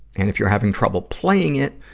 and if you're having trouble playing it,